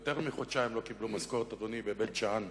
יותר מחודשיים לא קיבלו משכורת, אדוני, בבית-שאן.